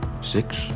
Six